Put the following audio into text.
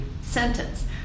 sentence